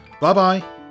bye-bye